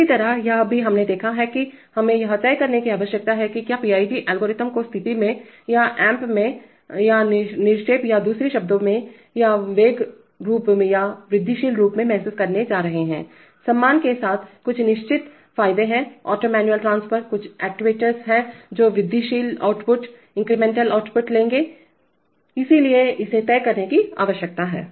इसी तरह यह भी हमने देखा है कि हमें यह तय करने की आवश्यकता है कि क्या हम PID एल्गोरिथ्म को स्थिति में या ऐप में या निरपेक्ष या दूसरे शब्दों में या वेग रूप या वृद्धिशील रूप में महसूस करने जा रहे हैं सम्मान के साथ कुछ निश्चित फायदे हैं ऑटो मैनुअल ट्रांसफर कुछ एक्ट्यूएटर्स हैं जो वृद्धिशील आउटपुटइंक्रीमेंटल आउटपुट लेंगे इसलिए इसे तय करने की आवश्यकता है